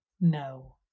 no